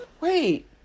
wait